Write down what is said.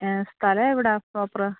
സ്ഥലം എവിടാണ് പ്രോപ്പറ്